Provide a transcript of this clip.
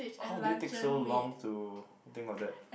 how do you think so long to think about that